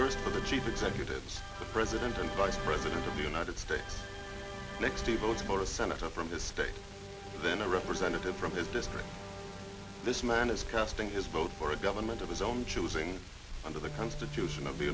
see the chief executive president and vice president of the united states next to vote for a senator from the state then a representative from his district this man is casting his vote for a government of his own choosing under the constitution of the